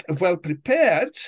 well-prepared